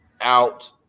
out